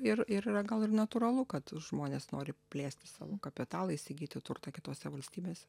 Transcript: ir ir yra gal ir natūralu kad žmonės nori plėsti savo kapitalą įsigyti turtą kitose valstybėse